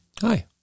Hi